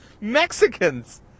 Mexicans